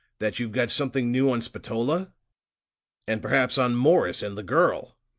that you've got something new on spatola and perhaps on morris and the girl!